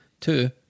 two